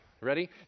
Ready